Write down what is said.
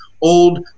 old